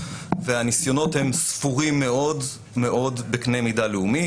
והניסיונות הם ספורים מאוד מאוד בקנה מידה לאומי.